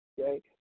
okay